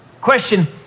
Question